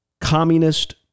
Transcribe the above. Communist